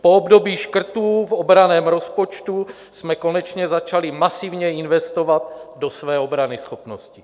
Po období škrtů v obranném rozpočtu jsme konečně začali masivně investovat do své obranyschopnosti.